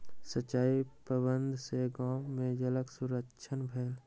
सिचाई प्रबंधन सॅ गाम में जलक संरक्षण भेल